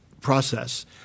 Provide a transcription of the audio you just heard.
process